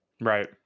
Right